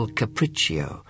capriccio